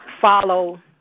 follow